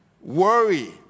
worry